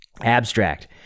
Abstract